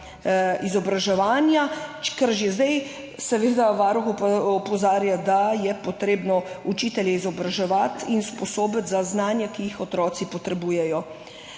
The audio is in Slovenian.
izobraževanja, ker že zdaj seveda Varuh opozarja, da je potrebno učitelje izobraževati in usposobiti za znanja, ki jih otroci potrebujejo.